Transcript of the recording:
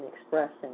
expressing